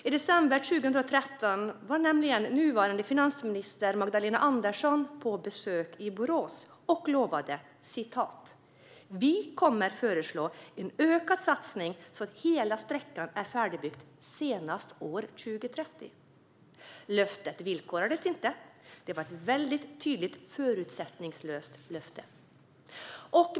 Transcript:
I december 2013 var nuvarande finansminister Magdalena Andersson på besök i Borås då hon lovade: "Vi kommer att föreslå en ökad satsning så att hela sträckan är färdigbyggd senast år 2030." Det löftet villkorades inte. Det var ett väldigt tydligt och förutsättningslöst löfte.